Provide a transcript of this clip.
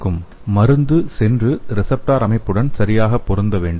slide நேரத்தைப் பார்க்கவும் 0154 மருந்து சென்று ரிசப்டார் அமைப்புடன் சரியாக பொருந்த வேண்டும்